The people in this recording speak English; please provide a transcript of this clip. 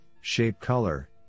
shape-color